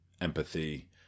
empathy